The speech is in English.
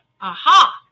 Aha